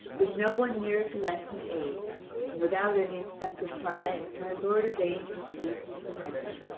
with no one near to lend him aid without any excessive parley my lord yvain received his surrender.